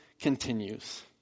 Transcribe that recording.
continues